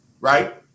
right